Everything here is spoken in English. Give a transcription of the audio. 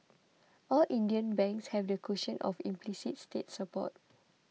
all Indian banks have the cushion of implicit state support